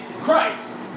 Christ